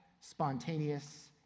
spontaneous